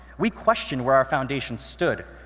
we questioned where our foundations stood,